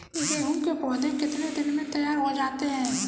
गेहूँ के पौधे कितने दिन में तैयार हो जाते हैं?